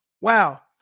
Wow